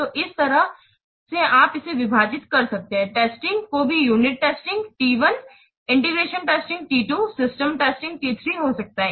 तो इस तरह से आप इसे विभाजित कर सकते हैं टेस्टिंग को भी unit testing T 1 integration testing है टी 2 सिस्टम टेस्टिंग टी 3 हो सकता है